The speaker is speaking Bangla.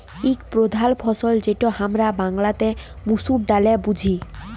এক প্রধাল ফসল যেটা হামরা বাংলাতে মসুর ডালে বুঝি